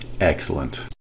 Excellent